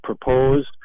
proposed